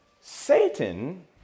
Satan